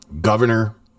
governor